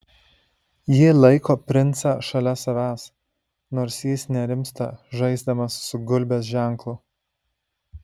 ji laiko princą šalia savęs nors jis nerimsta žaisdamas su gulbės ženklu